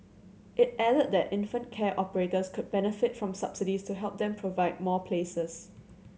it added that infant care operators could benefit from subsidies to help them provide more places